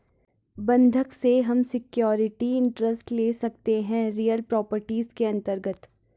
बंधक से हम सिक्योरिटी इंटरेस्ट ले सकते है रियल प्रॉपर्टीज के अंतर्गत